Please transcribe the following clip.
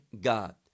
god